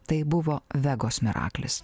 tai buvo vegos miraklis